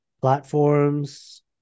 platforms